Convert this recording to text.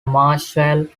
marshall